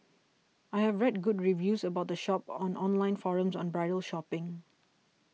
I have read good reviews about the shop on online forums on bridal shopping